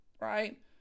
Right